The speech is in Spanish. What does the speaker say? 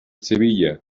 sevilla